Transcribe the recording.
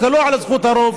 לא על זכות הרוב,